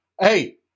hey